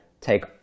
take